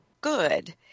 good